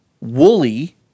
woolly